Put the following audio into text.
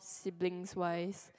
siblings wise